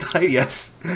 Yes